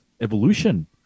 evolution